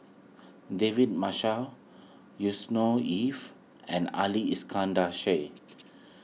David Marshall Yusnor Ef and Ali Iskandar Shah